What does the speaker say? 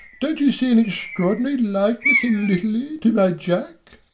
don't you see an extraordinary likeness in litterly to my jack?